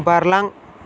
बारलां